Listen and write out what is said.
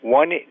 one